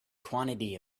quantity